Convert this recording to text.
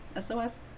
SOS